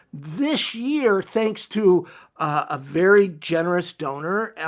this year, thanks to a very generous donor, and